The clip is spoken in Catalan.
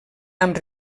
amb